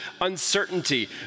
uncertainty